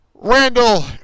Randall